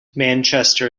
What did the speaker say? manchester